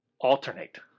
alternate